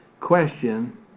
question